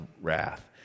wrath